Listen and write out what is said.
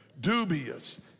dubious